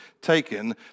taken